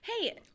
hey